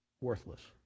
worthless